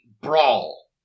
brawl